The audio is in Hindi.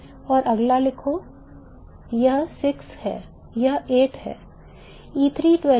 और अगला लिखो यह 8 है E3 12B है